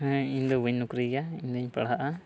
ᱦᱮᱸ ᱤᱧ ᱫᱚ ᱵᱟᱹᱧ ᱱᱚᱠᱨᱤᱭᱟ ᱤᱧᱫᱚᱧ ᱯᱟᱲᱦᱟᱜᱼᱟ